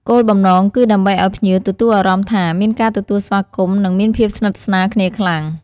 គោលបំណង គឺដើម្បីឱ្យភ្ញៀវទទួលអារម្មណ៍ថាមានការទទួលស្វាគមន៍ និងមានភាពស្និទ្ធស្នាលគ្នាខ្លាំង។